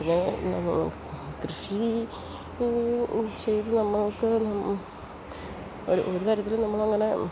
പിന്നെ ഞങ്ങള് കൃഷി ചെയ്ത് നമുക്ക് അത് തന്നു ഒരു ഒര് തരത്തില് നമ്മളങ്ങനെ